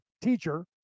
teacher